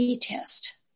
test